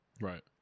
Right